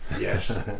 yes